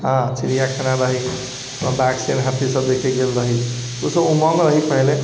हँ चिड़िया खाना बाघ सब हाथि सभ देखने रहि ओ तऽ उमङ्ग रहै पहले